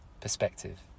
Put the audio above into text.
perspective